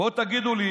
בואו תגידו לי